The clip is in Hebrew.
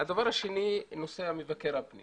דבר שני זה נושא מבקר הפנים